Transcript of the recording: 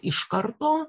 iš karto